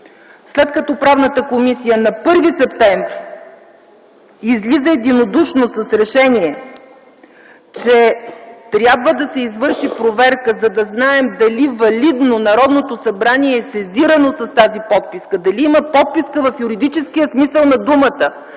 След като Правната комисия на 1 септември т.г. излиза с единодушно решение, че трябва да се извърши проверка, за да знаем дали валидно Народното събрание е сезирано с тази подписка, дали има подписка в юридическия смисъл на думата,